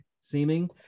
seeming